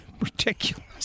ridiculous